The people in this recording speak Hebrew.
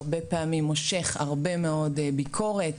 הרבה פעמים מושך הרבה מאוד ביקורת,